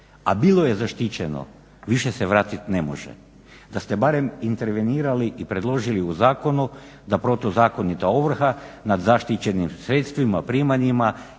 a bilo je zaštićeno, više se vratit ne može. Da ste barem intervenirali i predložili u zakonu da protuzakonita ovrha nad zaštićenim sredstvima, primanjima